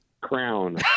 Crown